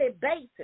basis